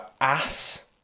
ass